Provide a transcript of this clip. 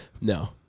No